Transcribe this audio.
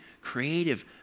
creative